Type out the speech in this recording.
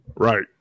Right